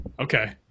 Okay